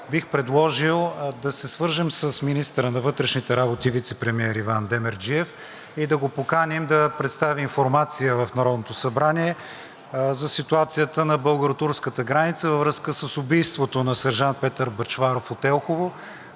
бих предложил да се свържем с министъра на вътрешните работи и вицепремиер Иван Демерджиев и да го поканим да представи информация в Народното събрание за ситуацията на българо-турската граница във връзка с убийството на сержант Петър Бъчваров от Елхово,